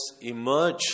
emerge